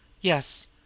Yes